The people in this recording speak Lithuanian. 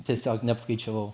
tiesiog neapskaičiavau